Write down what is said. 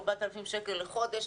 4,000 שקלים בחודש,